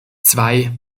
zwei